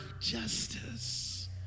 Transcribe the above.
justice